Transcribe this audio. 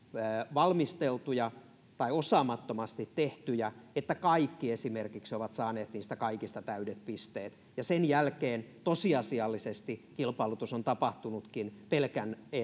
valmisteltuja tai osaamattomasti tehtyjä että esimerkiksi kaikki ovat saaneet niistä kaikista täydet pisteet ja sen jälkeen tosiasiallisesti kilpailutus on tapahtunutkin pelkän